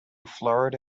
florida